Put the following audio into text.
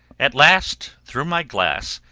at last, through my glass,